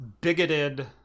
bigoted